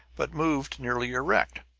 but moved nearly erect.